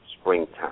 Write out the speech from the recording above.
springtime